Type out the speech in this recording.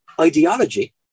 Ideology